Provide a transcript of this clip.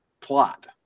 plot